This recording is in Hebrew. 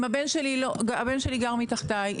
הבן שלי גר מתחתיי.